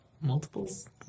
multiples